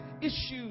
issues